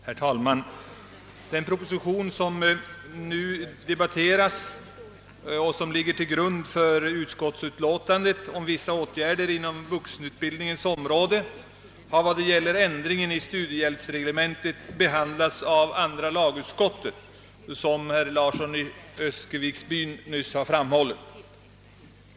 Herr talman! Den proposition, som nu debatteras och som ligger till grund för utskottsutlåtandet om vissa åtgärder på vuxenutbildningens område, har vad gäller ändring i studiehjälpsreglementet behandlats av andra lagutskottet, vilket herr Larsson i Öskeviksby nyss har framhållit.